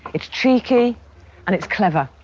it's cheeky and it's clever.